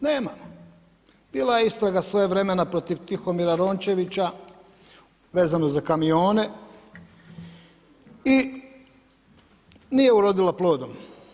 Nemamo, bila je istraga svojevremena protiv Tihomira Rončevića, vezana za kamione i nije urodila plodom.